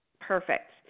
Perfect